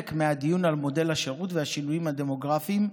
מהדיון על מודל השירות והשינויים הדמוגרפיים,